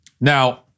Now